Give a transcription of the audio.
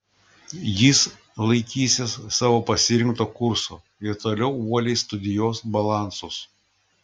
jis laikysis savo pasirinkto kurso ir toliau uoliai studijuos balansus